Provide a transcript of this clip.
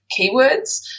keywords